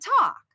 talk